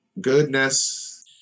goodness